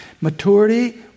Maturity